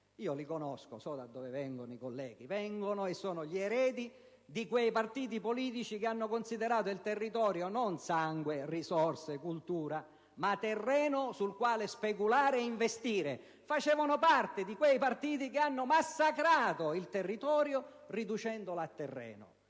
Io conosco i colleghi: so da dove vengono. Sono gli eredi di quei partiti politici che hanno considerato il territorio non sangue, risorse, cultura, ma terreno sul quale speculare ed investire. Facevano parte di quei partiti che hanno massacrato il territorio riducendolo a terreno.